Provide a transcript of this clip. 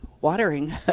watering